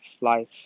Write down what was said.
life